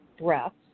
breaths